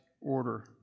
order